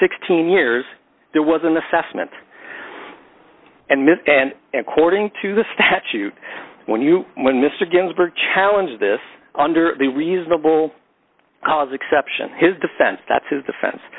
sixteen years there was an assessment and ms and and cording to the statute when you when mr ginsburg challenge this under the reasonable cause exception his defense that's his defense